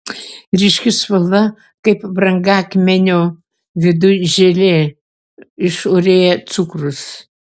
ryški spalva kaip brangakmenio viduj želė išorėje cukrus